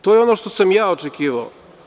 To je ono što sam ja očekivao.